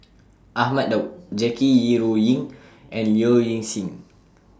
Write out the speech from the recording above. Ahmad Daud Jackie Yi Ru Ying and Low Ing Sing